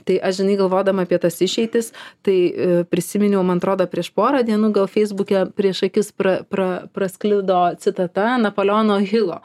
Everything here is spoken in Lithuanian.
tai aš žinai galvodama apie tas išeitis tai prisiminiau man atrodo prieš porą dienų gal feisbuke prieš akis pra pra pasklido citata napoleono hilo